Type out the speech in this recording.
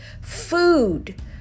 food